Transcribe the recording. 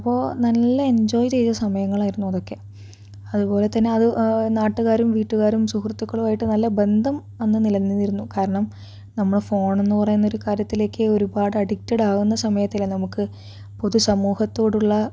അപ്പോൾ നല്ല എൻജോയ് ചെയ്ത സമയങ്ങളായിരുന്നു അതൊക്കെ അതുപോലെത്തന്നെ അത് നാട്ടുകാരും വീട്ടുകാരും സുഹൃത്തുക്കളും ആയിട്ട് നല്ല ബന്ധം അന്ന് നിലനിന്നിരുന്നു കാരണം നമ്മുടെ ഫോൺ എന്ന് പറയുന്ന ഒരു കാര്യത്തിലേക്ക് ഒരുപാട് അഡിക്റ്റഡാവുന്ന സമയത്തല്ലെ നമുക്ക് പൊതു സമൂഹത്തോടുള്ള